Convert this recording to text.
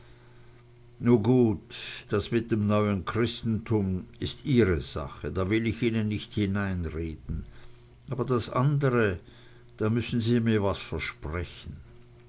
nun gut das mit dem neuen christentum ist ihre sache da will ich ihnen nicht hineinreden aber das andre da müssen sie mir was versprechen